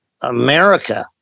America